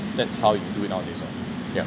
that's how you do it nowadays lor yeah